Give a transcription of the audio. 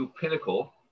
Pinnacle